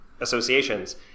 associations